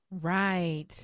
Right